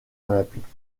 olympiques